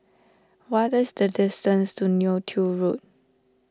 what is the distance to Neo Tiew Road